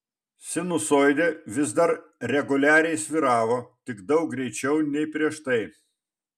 sinusoidė vis dar reguliariai svyravo tik daug greičiau nei prieš tai